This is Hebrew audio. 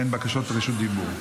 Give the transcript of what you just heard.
ואין בקשות רשות דיבור.